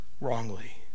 wrongly